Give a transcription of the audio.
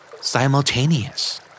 Simultaneous